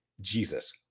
Jesus